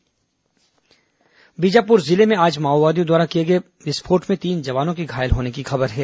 मुढभेड़ जवान घायल बीजापुर जिले में आज माओवादियों द्वारा किए गए विस्फोट में तीन जवानों के घायल होने की खबर है